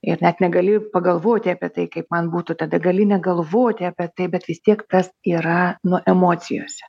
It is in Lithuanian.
ir net negalėjai pagalvoti apie tai kaip man būtų tada gali negalvoti apie tai bet vis tiek tas yra nu emocijose